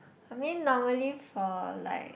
I mean normally for like